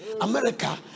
America